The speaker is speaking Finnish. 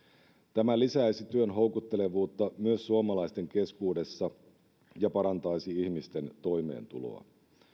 tämä lisäisi työn houkuttelevuutta myös suomalaisten keskuudessa ja parantaisi ihmisten toimeentuloa